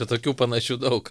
ir tokių panašių daug